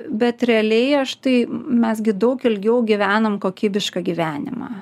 bet realiai aš tai mes gi daug ilgiau gyvenam kokybišką gyvenimą